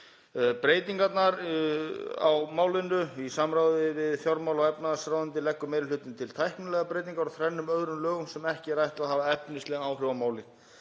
Breytingarnar á málinu: Í samráði við fjármála- og efnahagsráðuneyti leggur meiri hlutinn til tæknilegar breytingar á þrennum öðrum lögum sem ekki er ætlað að hafa efnisleg áhrif á málið.